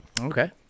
Okay